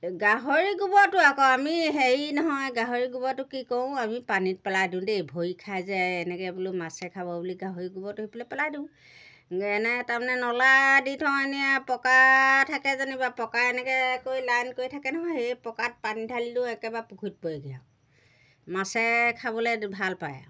গাহৰি গোবৰটো আকৌ আমি হেৰি নহয় গাহৰি গোবৰটো কি কৰো আমি পানীত পেলাই দিওঁ দেই ভৰি খাই যায় এনেকৈ বোলো মাছে খাব বুলি গাহৰি গোবৰটো সেইফালে পেলাই দিওঁ এনে তাৰমানে নলা দি থওঁ এনে পকা থাকে যেনিবা পকা এনেকৈ কৰি লাইন কৰি থাকে নহয় সেই পকাত পানী ঢালিলেও একেবাৰে পুখুৰীত পৰেগৈ আৰু মাছে খাবলৈ ভাল পায়